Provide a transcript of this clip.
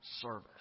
service